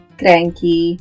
cranky